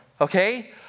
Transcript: okay